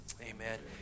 amen